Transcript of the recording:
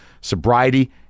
sobriety